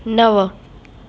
नव